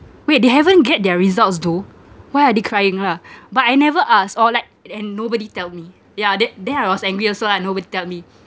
wait they haven't get their results though why are they crying lah but I never ask or like and nobody tell me yeah the~ then I was angry also ah nobody tell me